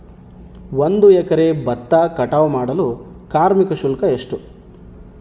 ಒಂದು ಎಕರೆ ಭತ್ತ ಕಟಾವ್ ಮಾಡಲು ಕಾರ್ಮಿಕ ಶುಲ್ಕ ಎಷ್ಟು?